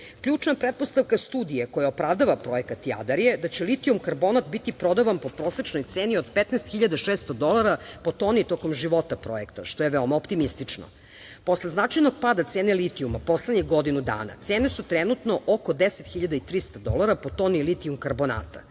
Srbiju. Ključna pretpostavka studije koja opravdava projekat Jadar je da će litijum karbonat biti prodavan po prosečnoj ceni od 15.600 dolara, po toni tokom života projekta, što je veoma optimistično. Posle značajnog pada cene litijuma, poslednjih godinu dana, cene su trenutno oko 10.300 dolara po toni litijum karbonata.